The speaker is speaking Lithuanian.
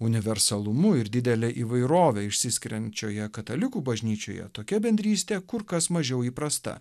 universalumu ir didele įvairove išsiskiriančioje katalikų bažnyčioje tokia bendrystė kur kas mažiau įprasta